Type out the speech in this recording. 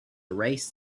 erased